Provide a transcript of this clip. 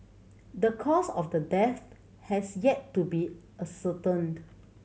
the cause of the death has yet to be ascertained